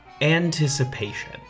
anticipation